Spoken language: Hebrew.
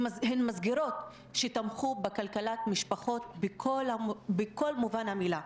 הן מסגרות שתמכו בכלכלת משפחות בכל מובן המילה.